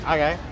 Okay